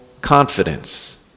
confidence